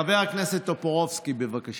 חבר הכנסת טופורובסקי, בבקשה.